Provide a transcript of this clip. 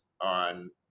on